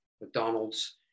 mcdonald's